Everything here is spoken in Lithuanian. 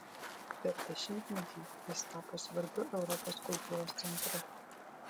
per dešimtmetį jis tapo svarbiu europos kultūros centru